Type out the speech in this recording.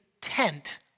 tent